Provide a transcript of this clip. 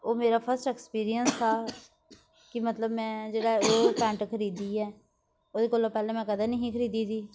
ओह् मेरा first experience था कि मतलब में जेह्ड़ा ओह् पैंट खरीदी ऐ ओह्दे कोला पैह्ले में कदें नी ही खरीदी दी